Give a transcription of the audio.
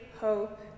hope